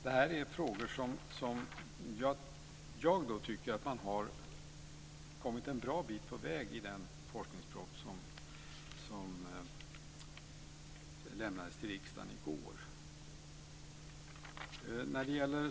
Det här är frågor där jag tycker att man har kommit en bra bit på väg i den forskningsproposition som lämnades till riksdagen i går.